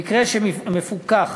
במקרה שמפוקח